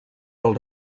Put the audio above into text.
pel